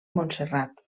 montserrat